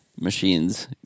machines